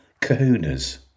kahunas